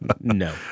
No